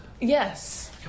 Yes